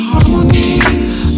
harmonies